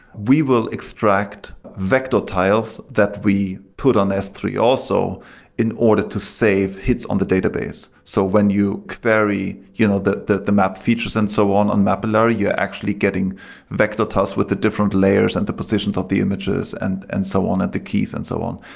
we will extract vector tiles that we put on s three also in order to save hits on the database. so when you vary you know the the map features and so on on mapillary, you're actually getting vector tiles with the different layers and the positions of the images and and so on at the keys and so on.